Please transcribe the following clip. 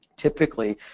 Typically